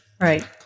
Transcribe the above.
Right